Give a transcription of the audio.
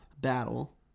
battle